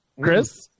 Chris